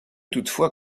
toutefois